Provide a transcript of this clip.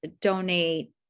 donate